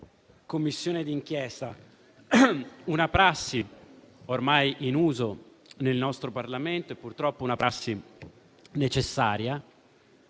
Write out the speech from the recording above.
Commissione d'inchiesta, una prassi ormai in uso nel nostro Parlamento e purtroppo necessaria,